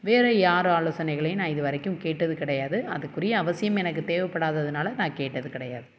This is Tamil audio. வேற யார் ஆலோசனைகளையும் நான் இது வரைக்கும் கேட்டது கிடையாது அதுக்குரிய அவசியம் எனக்கு தேவைப்படாததுனால நான் கேட்டது கிடையாது